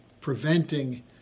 preventing